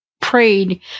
prayed